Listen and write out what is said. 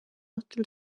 õhtul